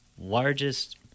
largest